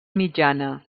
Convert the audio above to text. mitjana